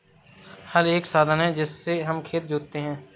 हल एक साधन है जिससे हम खेत जोतते है